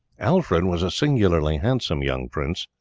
alfred was a singularly handsome young prince,